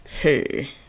hey